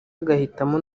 agahitamo